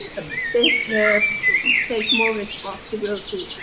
ah better, take more responsibility.